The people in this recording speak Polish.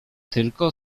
tylko